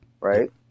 Right